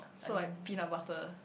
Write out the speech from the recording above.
so like peanut butter